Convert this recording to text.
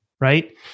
right